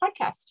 podcast